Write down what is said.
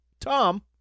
Tom